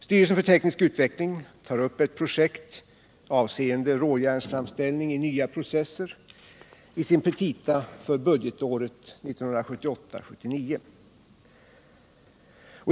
Styrelsen för teknisk utveckling tar upp ett projekt avseende råjärnsframställning i nya processer i sina petita för budgetåret 1978/79.